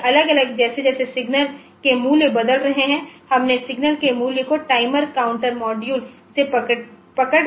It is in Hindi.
इसलिए अलग अलग जैसे जैसे सिग्नल के मूल्य बदल रहे हैं हमने सिग्नल के मूल्यों को टाइमर काउंटर मॉड्यूल से पकड़ रहे हैं